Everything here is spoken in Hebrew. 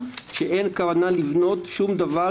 אין כוונה לבנות שום דבר.